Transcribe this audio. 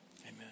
Amen